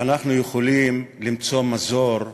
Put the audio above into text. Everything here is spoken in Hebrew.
ואנחנו יכולים למצוא מזור למחלות.